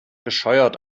bescheuert